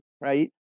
right